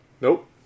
Nope